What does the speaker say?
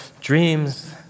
dreams